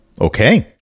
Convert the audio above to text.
Okay